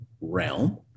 realm